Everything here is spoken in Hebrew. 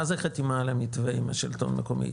זה חתימה על המתווה עם השלטון המקומי?